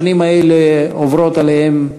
השנים האלה עוברות עליהם,